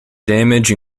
damage